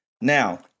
Now